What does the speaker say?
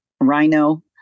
rhino